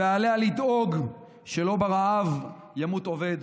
ועליה לדאוג ש"לא ברעב ימות עובד",